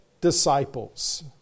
disciples